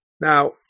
Now